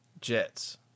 Jets